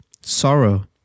sorrow